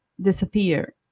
disappear